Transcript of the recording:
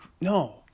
No